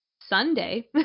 Sunday